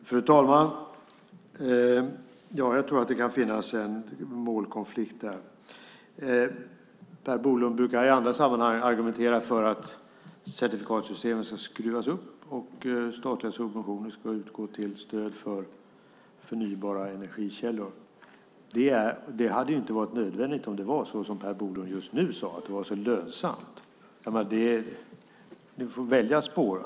Fru talman! Jag tror att det kan finnas en målkonflikt. Per Bolund brukar i andra sammanhang argumentera för att certifikatsystemet ska skruvas upp och statliga subventioner utgå till stöd för förnybara energikällor. Det vore inte nödvändigt om det var så lönsamt som Per Bolund nyss sade. Per Bolund får välja spår.